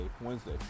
Wednesday